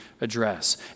address